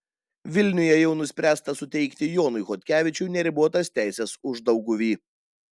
vilniuje jau nuspręsta suteikti jonui chodkevičiui neribotas teises uždauguvy